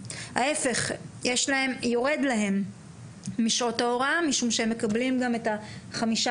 ההיפך - יורד להם משעות ההוראה משום שהם מקבלים גם חמישה